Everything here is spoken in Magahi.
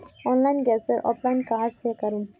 ऑनलाइन गैसेर अप्लाई कहाँ से करूम?